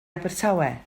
abertawe